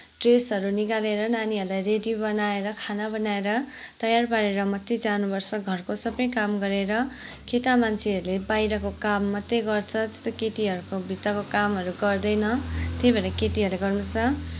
ड्रेसहरू निकालेर नानीहरूलाई रेडी बनाएर खाना बनाएर तयार पारेर मात्रै जानुपर्छ घरको सबै काम गरेर केटा मान्छेहरूले बाहिरको काम मात्रै गर्छ जस्तै केटीहरूको भित्रको कामहरू गर्दैन त्यही भएर केटीहरूले गर्नु पर्छ